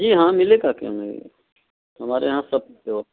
जी हाँ मिलेगा क्यों नहीं हमारे यहाँ सब है